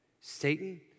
Satan